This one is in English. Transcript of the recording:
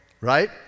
right